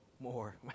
more